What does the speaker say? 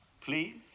Please